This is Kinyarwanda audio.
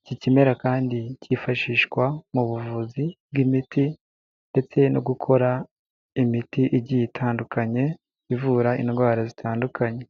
iki kimera kandi cyifashishwa mu buvuzi bw'imiti ndetse no gukora imiti igiye itandukanye, ivura indwara zitandukanye.